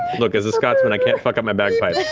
look, as a scotsman, i can't fuck up my bagpipes.